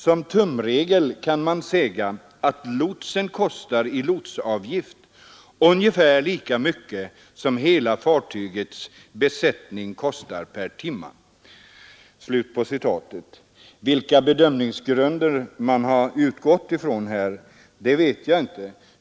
Som tumregel kan man säga att lotsen kostar i avgift ungefär lika mycket som hela fartygets besättning kostar per timme.” Vilka bedömningsgrunder man har utgått från vet jag inte.